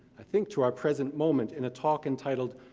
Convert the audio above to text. i think to our present moment, in a talk entitled,